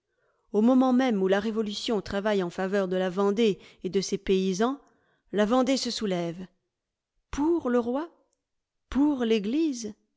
au moment même où la révolution travaille en faveur de la vendée et de ses paysans la vendée se soulève pour le roi pour l'eglise